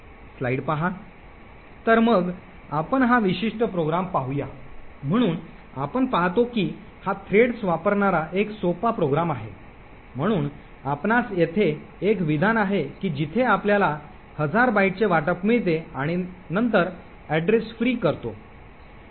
तर मग आपण हा विशिष्ट कार्यक्रम पाहूया म्हणून आपण पाहतो कि हा threads वापरणारा एक सोपा प्रोग्राम आहे म्हणून आपणास येथे एक विधान आहे की जिथे आपल्याला हजार बाइटचे वाटप मिळते आणि नंतर ऍड्रेस फ्री करतो